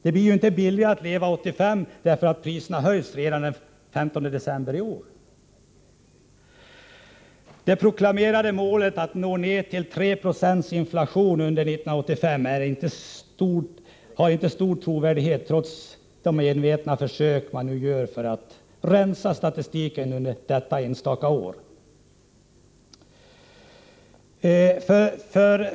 Det blir inte billigare att leva 1985 för att priserna höjs redan den 15 december i år. Det proklamerade målet att nå ned till 3 96 inflation under 1985 har inte stor trovärdighet, trots de envetna försök man nu gör för att rensa statistiken för detta enstaka år.